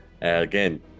Again